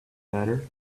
letter